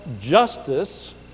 justice